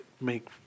make